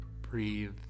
Breathe